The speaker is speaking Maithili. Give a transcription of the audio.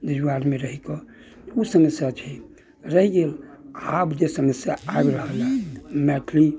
जो आदमी रहि कऽ ओ समस्या छै रहि गेल आब जे समस्या आबि रहल अइ मैथिली